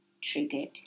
triggered